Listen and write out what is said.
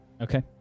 Okay